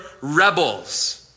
rebels